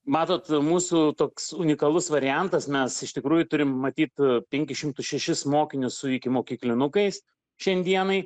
matot mūsų toks unikalus variantas mes iš tikrųjų turim matyt penkis šimtus šešis mokinius su ikimokyklinukais šiandienai